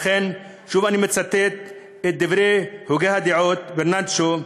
לכן, שוב אני מצטט את דברי הוגה הדעות ברנרד שו: